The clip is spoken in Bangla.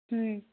হুম